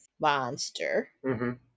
monster